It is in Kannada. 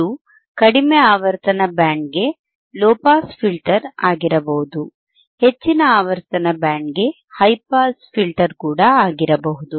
ಇದು ಕಡಿಮೆ ಆವರ್ತನ ಬ್ಯಾಂಡ್ ಗೆ ಲೊ ಪಾಸ್ ಫಿಲ್ಟರ್ ಆಗಿರಬಹುದು ಹೆಚ್ಚಿನ ಆವರ್ತನ ಬ್ಯಾಂಡ್ಗೆ ಹೈ ಪಾಸ್ ಫಿಲ್ಟರ್ ಕೂಡ ಆಗಿರಬಹುದು